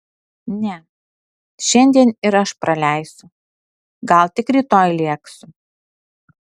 ne šiandien ir aš praleisiu gal tik rytoj lėksiu